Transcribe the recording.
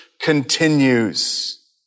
continues